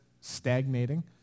stagnating